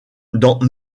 dans